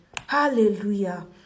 hallelujah